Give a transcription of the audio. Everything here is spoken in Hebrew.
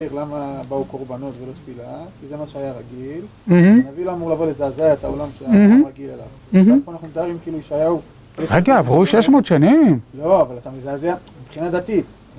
למה באו קורבנות ולא תפילה? כי זה מה שהיה רגיל. הנביא לא אמור לבוא לזעזע את העולם שהיה רגיל אליו. עכשיו פה אנחנו מתארים כאילו ישעיהו... רגע, עברו 600 שנים. לא, אבל אתה מזעזע מבחינה דתית.